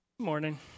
morning